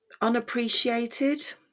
unappreciated